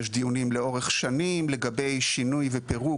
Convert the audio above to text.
יש דיונים לאורך שנים לגבי שינוי ופירוק